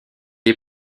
est